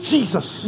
Jesus